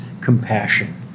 compassion